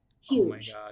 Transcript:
huge